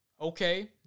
Okay